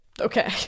Okay